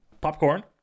popcorn